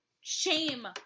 Shame